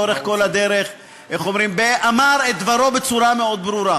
לאורך כל הדרך אמר את דברו בצורה מאוד ברורה,